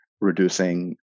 reducing